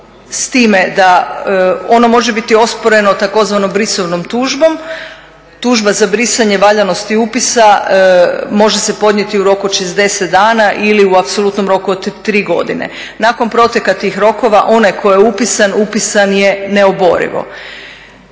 s time da ono može biti osporeno tzv. brisovnom tužbom. Tužba za brisanje, valjanosti upisa može se podnijeti u roku od 60 dana ili u apsolutno roku od tri godine. Nakon proteka tih rokova onaj koji je upisan upisan je neoborivo.